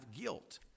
guilt